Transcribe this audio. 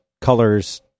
colors